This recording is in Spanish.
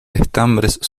estambres